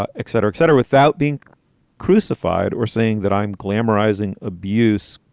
ah etc, etc, without being crucified or saying that i'm glamorizing abuse?